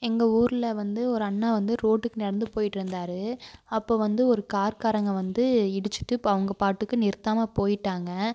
எங்கள் ஊரில் வந்து ஒரு அண்ணா வந்து ரோட்டுக்கு நடந்து போய்கிட்ருந்தாரு அப்போ வந்து ஒரு கார்க்காரங்கள் வந்து இடிச்சுட்டு அவங்க பாட்டுக்கு நிறுத்தாமல் போய்விட்டாங்க